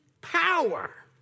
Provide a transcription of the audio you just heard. power